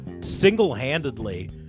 single-handedly